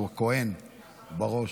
הוא כוהן, בראש,